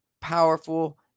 powerful